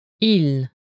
Il